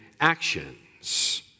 Actions